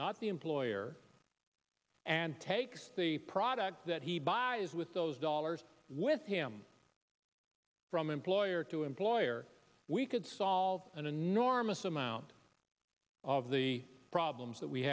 not the employer and takes the product that he buys with those dollars with him from employer to employer we could solve an enormous amount of the problems that we